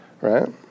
Right